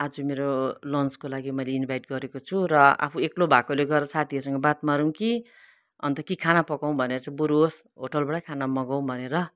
आज मेरो लन्चको लागि मैले इन्भाइट गरेको छु र आफू एक्लो भएकोले गर्दा साथीहरूसँग बात मारौँ कि अन्त कि खाना पकाउँ भनेर चाहिँ बरू होस् होटलबाटै खाना मगाउँ भनेर